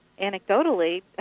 anecdotally